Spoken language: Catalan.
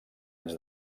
anys